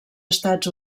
estats